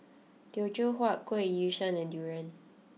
Teochew Huat Kuih Yu Sheng and Durian